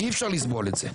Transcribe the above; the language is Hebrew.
אי אפשר לסבול את זה.